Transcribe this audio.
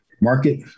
market